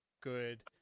good